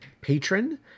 patron